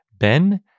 Ben